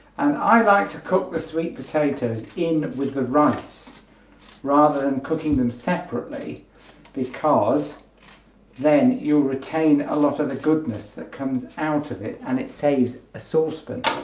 and i like to cook the sweet potatoes in with the rice rather than cooking them separately because then you'll retain a lot of the goodness that comes out of it and it saves a saucepan